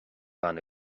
bhean